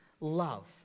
love